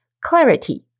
clarity